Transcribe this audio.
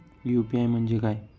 UPI म्हणजे काय?